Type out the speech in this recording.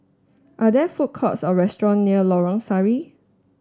are there food courts or restaurants near Lorong Sari